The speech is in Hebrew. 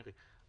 מירי,